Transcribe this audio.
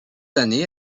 années